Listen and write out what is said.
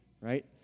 right